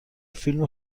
فیلم